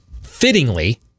fittingly